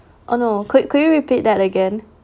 oh no could could you repeat that again